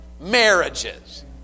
marriages